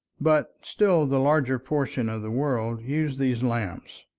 but still the larger portion of the world used these lamps.